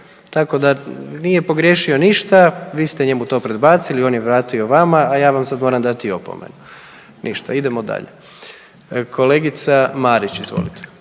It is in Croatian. Tako da nije pogriješio ništa, vi ste njemu to predbacili, on je vratio vama, a ja vam sad moram dati opomenu. Ništa, idemo dalje. Kolegica Marić, izvolite.